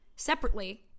Separately